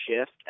shift